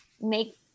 make